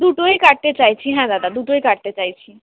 দুটোই কাটতে চাইছি হ্যাঁ দাদা দুটোই কাটতে চাইছি